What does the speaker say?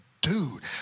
dude